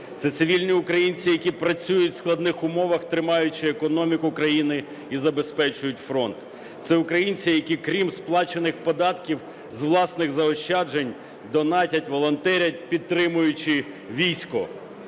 Це цивільні українці, які працюють в складних умовах, тримаючи економіку країни, і забезпечують фронт. Це українці, які, крім сплачених податків, з власних заощаджень донатять, волонтерять, підтримуючи військо.